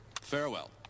Farewell